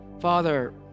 Father